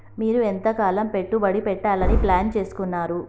మీరు ఎంతకాలం పెట్టుబడి పెట్టాలని ప్లాన్ చేస్తున్నారు?